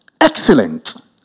excellent